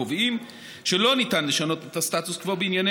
הקובעים שלא ניתן לשנות את הסטטוס קוו בענייני